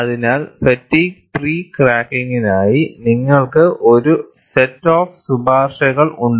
അതിനാൽ fatigue pre ക്രാക്കിംഗിനായി നിങ്ങൾക്ക് ഒരു സെറ്റ് ഓഫ് ശുപാർശകൾ ഉണ്ട്